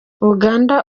uganda